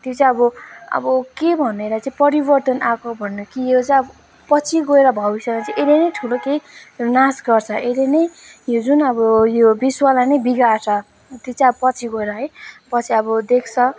त्यो चाहिँ अब अब के भनेर चाहिँ परिवर्तन आएको भन्नु कि यो चाहिँ अब पछि गएर भविष्यमा चाहिँ यसले नै ठुलो केही नाश गर्छ यसले नै यो जुन अब यो विश्वलाई नै बिगार्छ त्यो चाहिँ अब पछि गएर है पछि अब देख्छ